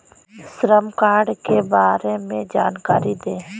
श्रम कार्ड के बारे में जानकारी दें?